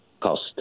cost